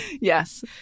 yes